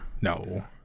no